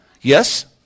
Yes